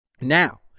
Now